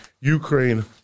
Ukraine